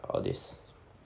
all this